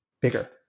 bigger